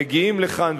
מגיעים לכאן,